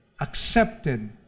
accepted